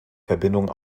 verbindung